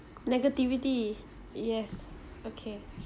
negativity yes okay